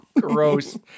Gross